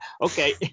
Okay